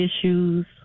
issues